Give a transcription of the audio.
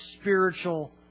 spiritual